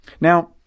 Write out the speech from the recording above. Now